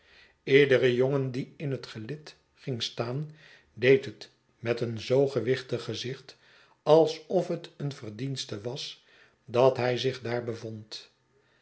iedere jongen die in het gelid ging staan deed het met een zoo gewichtig gezicht alsof het een verdienste was dat hij zich daar bevond